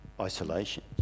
Isolation